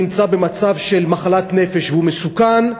נמצא במצב של מחלת נפש והוא מסוכן,